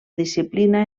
disciplina